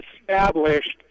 established